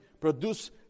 produce